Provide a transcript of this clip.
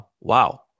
Wow